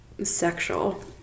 sexual